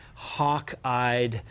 hawk-eyed